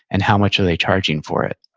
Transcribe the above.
and how much are they charging for it?